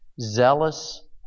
zealous